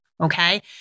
okay